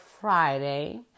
Friday